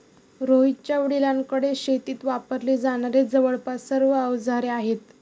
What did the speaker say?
रोहितच्या वडिलांकडे शेतीत वापरली जाणारी जवळपास सर्व अवजारे आहेत